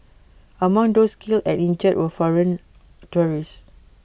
among those killed and injured were foreign tourists